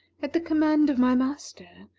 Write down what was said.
at the command of my master,